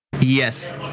Yes